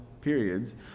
periods